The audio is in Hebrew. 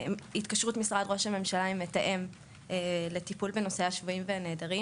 משרד ראש הממשלה עם מתאם לטיפול בנושא השבויים והנעדרים.